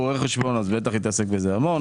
הוא רואה חשבון והוא בטח התעסק בזה המון,